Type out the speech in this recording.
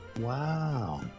Wow